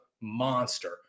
monster